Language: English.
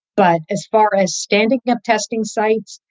but as far as standing up testing sites,